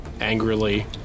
angrily